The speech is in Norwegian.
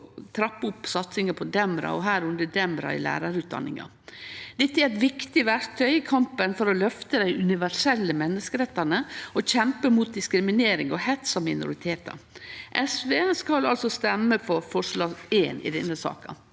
trappe opp satsinga på Dembra, inklusiv Dembra i lærarutdanninga. Dette er eit viktig verktøy i kampen for å løfte dei universelle menneskerettane og kjempe mot diskriminering og hets av minoritetar. SV skal altså stemme for forslag nr. 1 i denne saka.